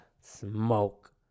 Smoke